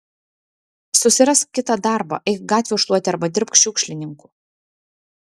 susirask kitą darbą eik gatvių šluoti arba dirbk šiukšlininku